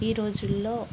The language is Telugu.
ఈ రోజులలో